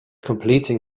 completing